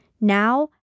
now